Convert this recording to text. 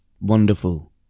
wonderful